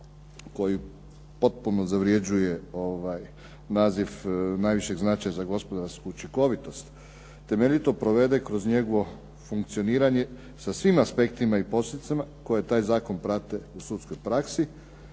koji potpuno zavrjeđuje naziv najvišeg značaja za gospodarsku učinkovitost, temeljito provede kroz njegovo funkcioniranje sa svim aspektima i posljedicama koje taj zakon prate u sudskoj praksi,